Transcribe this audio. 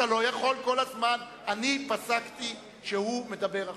ואתה לא יכול כל הזמן אני פסקתי שהוא מדבר עכשיו.